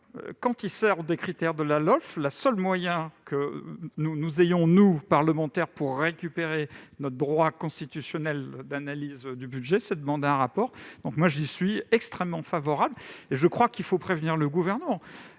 Quand il sort des critères de la LOLF, le seul moyen que nous ayons, nous, parlementaires, de récupérer notre droit constitutionnel d'analyse du budget est de demander un rapport. J'y suis donc extrêmement favorable. Je crois qu'il faut prévenir le Gouvernement